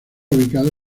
ubicado